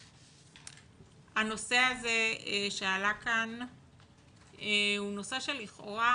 הנושא הזה שעלה כאן הוא נושא שלכאורה